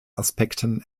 aspekten